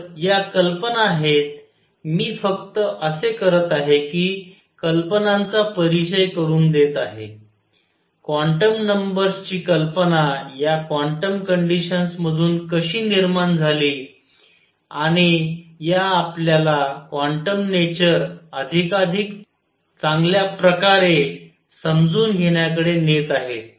तर या कल्पना आहेत मी फक्त असे करत आहे कि कल्पनांचा परिचय करून देत आहे क्वांटम नंबर्सची कल्पना या क्वांटम कंडिशन्स मधून कशी निर्माण झाली आणि या आपल्याला क्वांटम नेचर अधिकाधिक चांगल्या प्रकारे समजून घेण्याकडे नेत आहेत